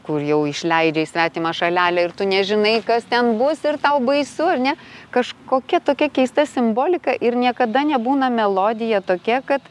kur jau išleidžia į svetimą šalelę ir tu nežinai kas ten bus ir tau baisu ar ne kažkokia tokia keista simbolika ir niekada nebūna melodija tokia kad